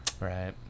Right